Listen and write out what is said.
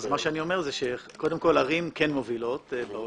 אז מה שאני אומר זה שקודם כול ערים כן מובילות בעולם.